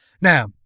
Now